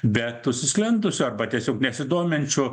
bet užsisklendusių arba tiesiog nesidominčių